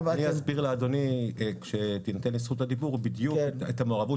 אני אסביר לאדוני כשתינתן לי זכות הדיבור בדיוק את המעורבות